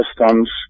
systems